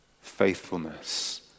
faithfulness